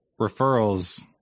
referrals